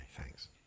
thanks